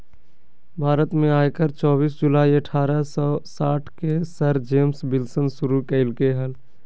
भारत में आयकर चोबीस जुलाई अठारह सौ साठ के सर जेम्स विल्सन शुरू कइल्के हल